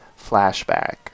flashback